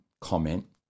comment